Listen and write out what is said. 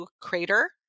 crater